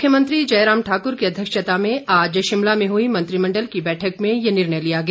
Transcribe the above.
मुख्यमंत्री जयराम ठाक्र की अध्यक्षता में आज शिमला में हुई मंत्रिमण्डल की बैठक में ये निर्णय लिया गया